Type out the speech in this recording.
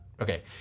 Okay